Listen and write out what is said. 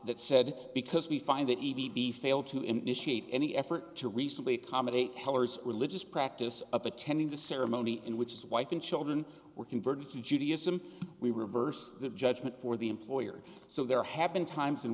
that said because we find that e b b failed to initiate any effort to recently comedy heller's religious practice of attending the ceremony in which is wife and children were converted to judaism we reversed that judgment for the employer so there have been times in